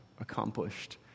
accomplished